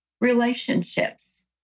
relationships